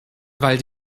weil